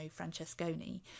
Francesconi